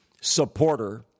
supporter